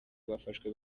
bafashwe